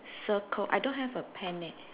circle I don't have a pen eh